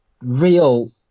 real